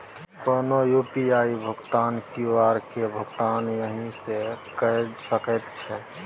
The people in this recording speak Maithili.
कोनो यु.पी.आई क्यु.आर केर भुगतान एहिसँ कए सकैत छी